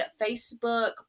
Facebook